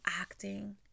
acting